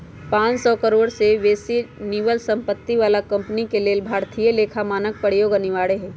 पांन सौ करोड़ से बेशी निवल सम्पत्ति बला कंपनी के लेल भारतीय लेखा मानक प्रयोग अनिवार्य हइ